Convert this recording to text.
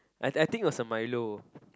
I I think was a milo